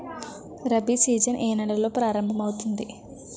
Rabi season ఏ నెలలో ప్రారంభమౌతుంది?